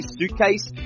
suitcase